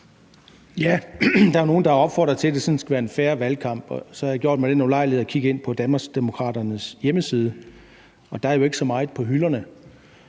Der er jo nogle, der har opfordret til, at det sådan skal være en fair valgkamp, og så har jeg gjort mig den ulejlighed at kigge ind på Danmarksdemokraternes hjemmeside, og der er jo ikke så meget på hylderne.